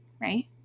right